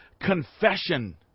confession